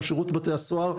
שירות בתי הסוהר,